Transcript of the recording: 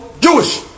Jewish